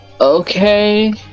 okay